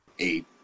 Eight